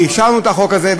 ואישרנו את החוק הזה.